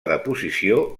deposició